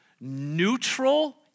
neutral